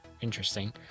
interesting